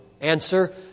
Answer